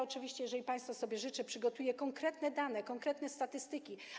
Oczywiście, jeżeli państwo sobie życzą, przygotuję konkretne dane, konkretne statystyki.